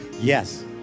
Yes